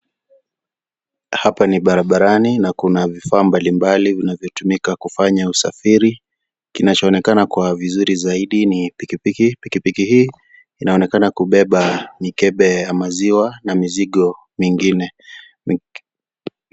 Hapa ni barabarani na kuna vifaa mbalimbali vinanyotumika kufanya usafiri. Kinachoonekana kwa vizuri zaidi ni pikipiki. Pikipiki hii inaonekana kubeba mikebe ya maziwa na mizigo mingine.